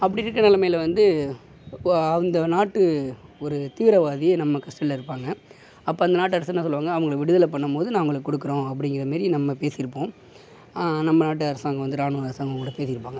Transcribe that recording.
அப்படி இருக்கிற நெலமையில் வந்து அந்த நாட்டு ஒரு தீவிரவாதியை நம்ம கஸ்டடியில் இருப்பாங்க அப்போ அந்த நாட்டு அரசு என்ன சொல்வாங்க அவங்களை விடுதல பண்ணும்போது நான் அவங்களை கொடுக்குறோம் அப்டிங்கிற மாரி நம்ம பேசியிருப்போம் நம்ம நாட்டு அரசாங்கம் வந்து ராணுவ அரசாங்கம் கூட பேசியிருப்பாங்க